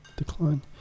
Decline